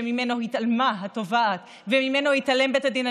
שממנו התעלמה התובעת ושממנו התעלם בית הדין,